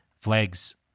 flags